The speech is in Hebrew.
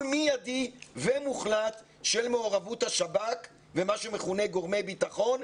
מיידי ומוחלט של מעורבות השב"כ ומה שמכונה גורמי ביטחון,